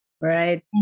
Right